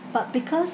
but because